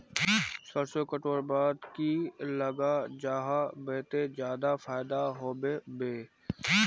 सरसों कटवार बाद की लगा जाहा बे ते ज्यादा फायदा होबे बे?